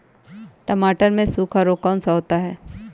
टमाटर में सूखा रोग कौन सा होता है?